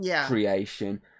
creation